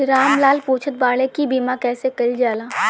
राम लाल पुछत बाड़े की बीमा कैसे कईल जाला?